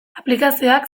aplikazioak